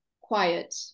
quiet